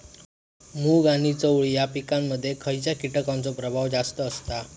मूग आणि चवळी या पिकांमध्ये खैयच्या कीटकांचो प्रभाव जास्त असता?